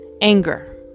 anger